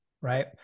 right